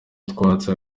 utwatsi